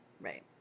Right